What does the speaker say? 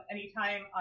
Anytime